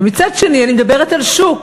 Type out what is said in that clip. ומצד שני אני מדברת על שוק,